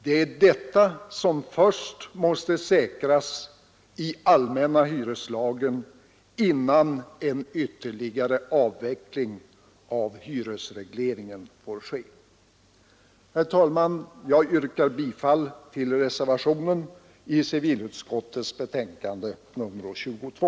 Det är detta som först måste säkras i allmänna hyreslagen innan en ytterligare avveckling av hyresregleringen får ske. Herr talman! Jag yrkar bifall till reservationen i civilutskottets betänkande nr 22.